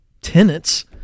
tenants